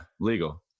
legal